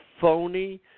phony